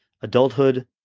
adulthood